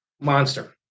monster